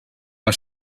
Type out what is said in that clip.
war